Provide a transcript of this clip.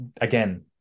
again